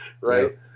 right